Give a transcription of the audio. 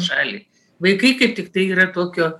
šalį vaikai kaip tiktai yra tokio